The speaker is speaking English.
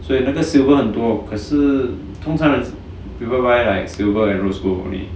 所以那个 silver 很多可是通常 people buy like silver and rose gold only